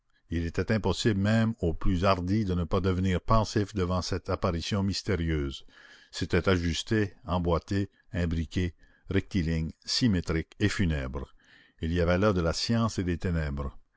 il était impossible même aux plus hardis de ne pas devenir pensif devant cette apparition mystérieuse c'était ajusté emboîté imbriqué rectiligne symétrique et funèbre il y avait là de la science et des ténèbres